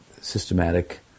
systematic